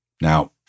Now